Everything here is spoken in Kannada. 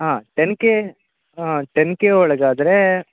ಹಾಂ ಟೆನ್ ಕೆ ಹಾಂ ಟೆನ್ ಕೆ ಒಳಗಾದರೆ